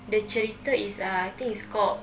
the cerita is uh I think is called